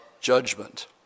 judgment